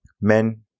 Men